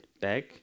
back